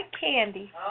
candy